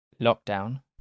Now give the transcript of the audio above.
lockdown